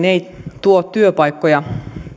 ei tuo työpaikkoja